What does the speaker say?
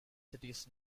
cities